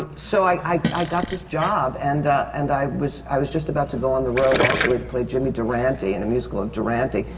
ah so i i got this job. and and i was i was just about to go on the road, actually, to play jimmy durante, in a musical of durante.